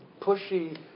pushy